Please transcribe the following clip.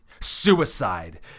Suicide